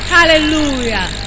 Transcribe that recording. Hallelujah